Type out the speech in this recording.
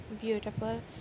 Beautiful